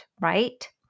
right